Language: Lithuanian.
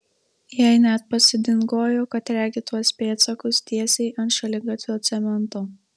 jai net pasidingojo kad regi tuos pėdsakus tiesiai ant šaligatvio cemento